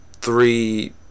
three